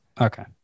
Okay